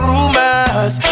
Rumors